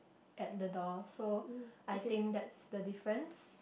at the door so I think that's the difference